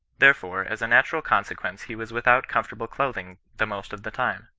therefore as a natural consequence he was with out comfortable clothing the most of the time.